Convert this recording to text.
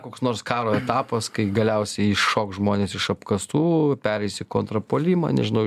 koks nors karo etapas kai galiausiai iššoks žmonės iš apkasų pereis į kontrpuolimą nežinau